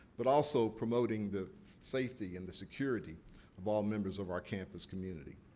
but also, promoting the safety and the security of all members of our campus community.